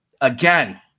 again